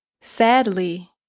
Sadly